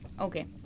Okay